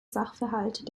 sachverhalt